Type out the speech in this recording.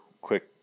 quick